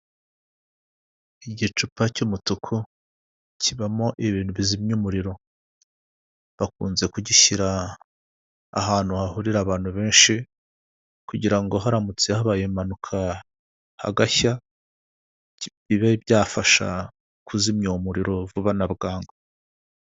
Igicupa cy'umutuku kibamo ibintu bizimya umuriro bakunze kugishyira ahantu hahurira abantu benshi kugira ngo haramutse habaye impanuka hagashya bibe byafasha kuzimya uwo muririro vuba na bwangu.